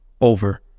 over